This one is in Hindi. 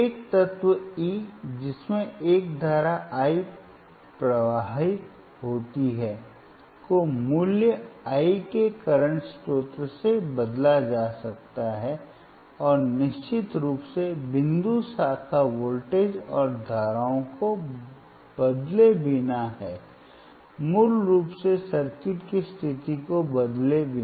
एक तत्व E जिसमें एक धारा I प्रवाहित होती है को मूल्य I के करंट स्रोत से बदला जा सकता है और निश्चित रूप से बिंदु शाखा वोल्टेज और धाराओं को बदले बिना है मूल रूप से सर्किट की स्थिति को बदले बिना